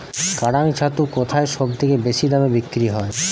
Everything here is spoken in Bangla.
কাড়াং ছাতু কোথায় সবথেকে বেশি দামে বিক্রি হয়?